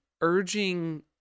urging